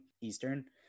Eastern